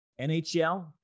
NHL